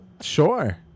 sure